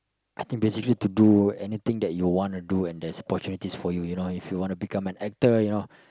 I think basically to do anything that you wanna do and there's opportunities for you you know if you want to become an actor you know